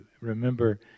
Remember